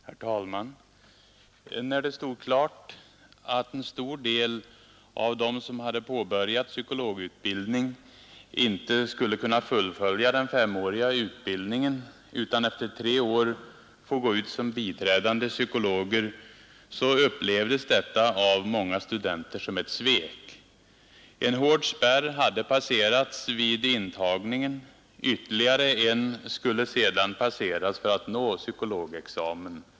Herr talman! När det stod klart att en stor del av dem som påbörjat psykologutbildning inte skulle kunna fullfölja den femåriga utbildningen utan efter tre år få gå ut som biträdande psykologer, upplevdes detta av många studenter som ett svek. En hård spärr hade passerats vid intagningen — ytterligare en skulle de sedan passera för att nå psykologexamen.